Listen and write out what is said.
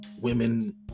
women